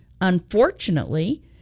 unfortunately